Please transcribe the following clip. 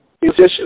musicians